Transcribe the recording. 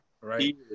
right